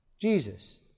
Jesus